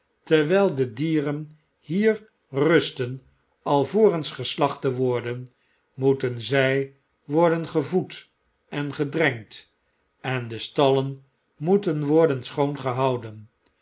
terwyl de dieren hier rusten alvorens geslacht te worden moeten zfl worden gevoedengedrenkt en de stallen moeten worden schoon gehouden